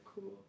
cool